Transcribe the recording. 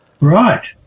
Right